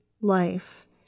life